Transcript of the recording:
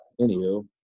Anywho